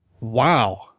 wow